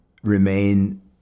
remain